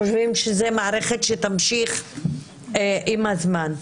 חושבים שזאת מערכת שתמשיך עם הזמן.